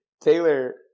taylor